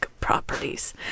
properties